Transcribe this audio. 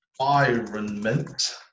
environment